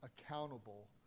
accountable